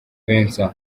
vincent